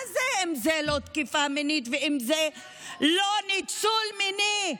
מה זה אם לא תקיפה מינית, לא ניצול מיני?